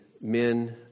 men